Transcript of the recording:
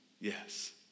Yes